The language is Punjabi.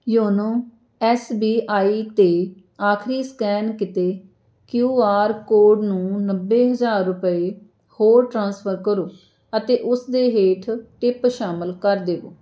ਯੋਨੋ ਐੱਸ ਬੀ ਆਈ 'ਤੇ ਆਖਰੀ ਸਕੈਨ ਕੀਤੇ ਕਿਉ ਆਰ ਕੋਡ ਨੂੰ ਨੱਬੇ ਹਜ਼ਾਰ ਰੁਪਏ ਹੋਰ ਟ੍ਰਾਂਸਫਰ ਕਰੋ ਅਤੇ ਉਸ ਦੇ ਹੇਠ ਟਿਪ ਸ਼ਾਮਿਲ ਕਰ ਦੇਵੋ